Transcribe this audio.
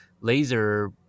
laser